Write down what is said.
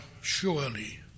surely